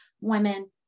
women